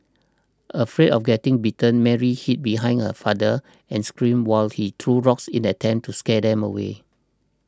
afraid of getting bitten Mary hid behind her father and screamed while he threw rocks in attempt to scare them away